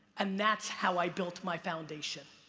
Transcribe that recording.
and that's how i built my foundation.